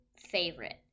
favorite